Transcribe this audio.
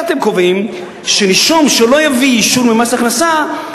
אתם קובעים שנישום שלא יביא אישור ממס הכנסה,